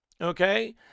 okay